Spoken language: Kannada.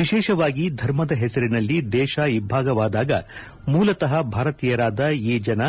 ವಿಶೇಷವಾಗಿ ಧರ್ಮದ ಹೆಸರಿನಲ್ಲಿ ದೇಶ ಇಬ್ಬಾಗವಾದಾಗ ಮೂಲತಃ ಭಾರತೀಯರಾದ ಈ ಜನ